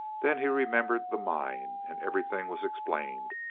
then he remembered the mine and everything was explained.